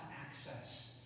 access